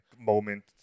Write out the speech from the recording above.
moment